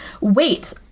wait